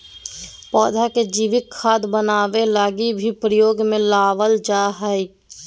पौधा के जैविक खाद बनाबै लगी भी प्रयोग में लबाल जा हइ